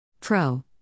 Pro